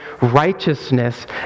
righteousness